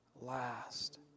last